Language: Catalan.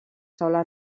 taules